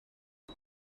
but